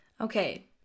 Okay